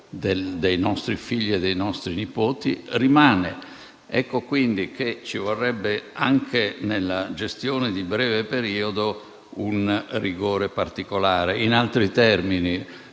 dei nostri figli e nipoti rimane. Ecco, quindi, che ci vorrebbe, anche nella gestione di breve periodo, un rigore particolare. In altri termini,